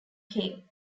cave